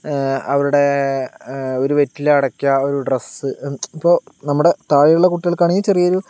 അവരുടെ ഒരു വെറ്റില അടക്ക ഒരു ഡ്രസ്സ് ഇപ്പോൾ നമ്മുടെ താഴെയുള്ള കുട്ടികൾക്ക് ആണെങ്കിൽ ചെറിയോരു